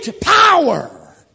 power